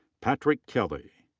patrick kelly.